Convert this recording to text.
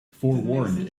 forewarned